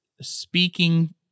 speaking